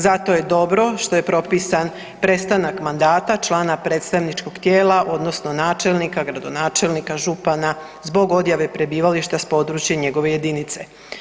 Zato je dobro što je propisan prestanak mandata člana predstavničkog tijela odnosno načelnika, gradonačelnika, župana zbog odjave prebivališta s područja njegove jedinice.